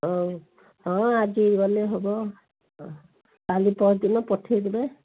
ହଉ ହଁ ଆଜି ଗଲେ ହବ କାଲି ପରଦିନ ପଠେଇ ଦେବେ